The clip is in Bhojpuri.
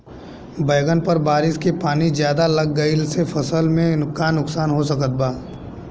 बैंगन पर बारिश के पानी ज्यादा लग गईला से फसल में का नुकसान हो सकत बा?